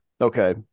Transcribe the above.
Okay